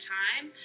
time